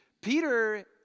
Peter